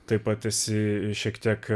taip pat esi šiek tiek